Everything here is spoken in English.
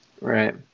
Right